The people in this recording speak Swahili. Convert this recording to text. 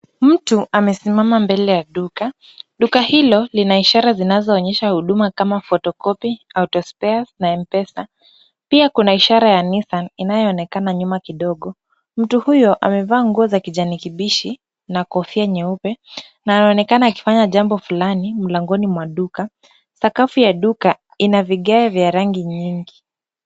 Mtu amesimama mbele ya duka. Duka hilo lina ishara zinazoonyesha huduma kama photocopy, autospare na M-Pesa. Pia kuna ishara ya Nissan inayoonekana nyuma kidogo. Mtu huyo amevaa nguo za kijani kibichi na kofia nyeupe na anaonekana akifanya jambo fulani mlangoni mwa duka. Sakafu ya duka ina vigae vya rangi nyingi.